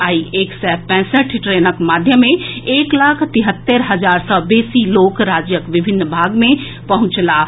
आई एक सय पैंसठि ट्रेनक माध्यमे एक लाख तिहत्तरि हजार सँ बेसी लोक राज्यक विभिन्न भाग मे पहुंचलाह